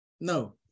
No